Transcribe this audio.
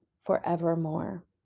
forevermore